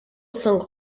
saint